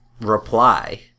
reply